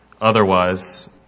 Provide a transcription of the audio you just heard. Otherwise